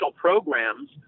programs